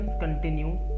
continue